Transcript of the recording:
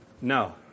No